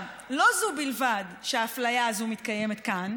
לא זו בלבד שהאפליה הזאת מתקיימת כאן,